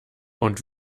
und